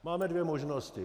Máme dvě možnosti.